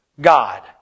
God